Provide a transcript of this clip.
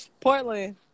portland